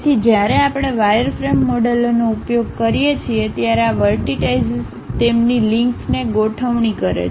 તેથી જ્યારે આપણે વાયરફ્રેમ મોડેલોનો ઉપયોગ કરીએ છીએ ત્યારે આ વર્ટિટાઈશીસ તેમની લિંક્સને ગોઠવણી કરે છે